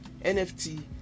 NFT